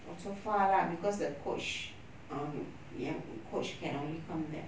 so far lah because the coach um yang coach can only come there